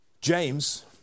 James